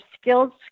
skills